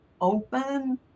open